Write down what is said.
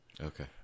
Okay